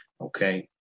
Okay